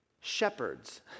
shepherds